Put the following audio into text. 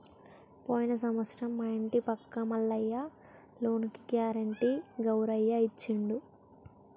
పోయిన సంవత్సరం మా ఇంటి పక్క మల్లయ్య లోనుకి గ్యారెంటీ గౌరయ్య ఇచ్చిండు